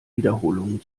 wiederholungen